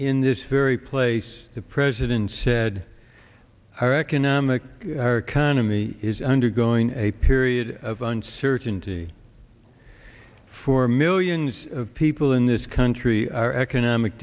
in this very place the president said our economic can in the is undergoing a period of uncertainty for millions of people in this country our economic